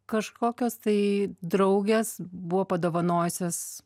kažkokios tai draugės buvo padovanojusios